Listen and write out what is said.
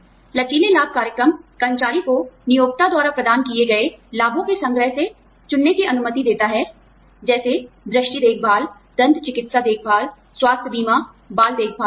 लचीले लाभ कार्यक्रम कर्मचारियों को नियोक्ता द्वारा प्रदान किए गए लाभों के संग्रह से चुनने की अनुमति देता है जैसे दृष्टि देखभाल दंत चिकित्सा देखभाल स्वास्थ्य बीमा बाल देखभाल वगैरह